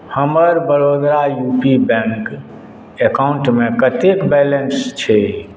हमर Baroda U P bank अकाउंटमे कतेक बैलेंस छै